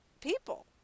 people